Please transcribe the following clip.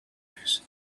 noise